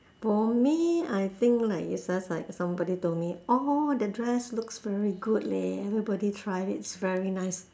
for me I think like it's just like someboy told me orh that dress looks very good leh everybody tried it's very nice